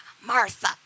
Martha